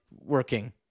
working